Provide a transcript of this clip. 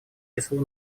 число